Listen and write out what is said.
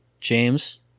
James